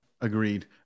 Agreed